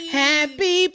happy